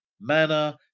manner